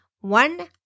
One